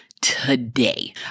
Today